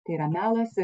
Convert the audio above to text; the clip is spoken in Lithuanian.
tai yra melas